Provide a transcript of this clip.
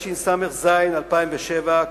התשס"ז 2007,